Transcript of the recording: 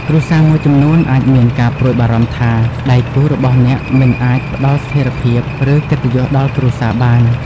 គ្រួសារមួយចំនួនអាចមានការព្រួយបារម្ភថា ដៃគូរបស់អ្នកមិនអាចផ្តល់ស្ថិរភាព ឬកិត្តិយសដល់គ្រួសារបាន។